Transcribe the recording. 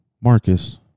Marcus